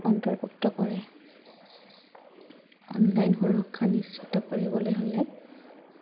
অন্তৰ্ভুক্ত কৰে অনলাইন সুৰক্ষা নিশ্চিত কৰিবলৈ হ'লে